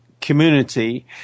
community